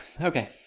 okay